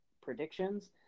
predictions